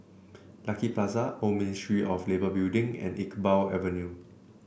Lucky Plaza Old Ministry of Labour Building and Iqbal Avenue